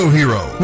hero